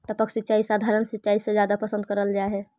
टपक सिंचाई सधारण सिंचाई से जादा पसंद करल जा हे